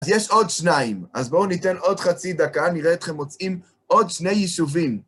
אז יש עוד שניים, אז בואו ניתן עוד חצי דקה, נראה אתכם מוצאים עוד שני יישובים.